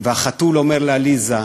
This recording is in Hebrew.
החתול אומר לעליסה: